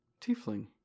Tiefling